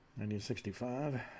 1965